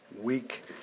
week